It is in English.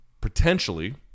potentially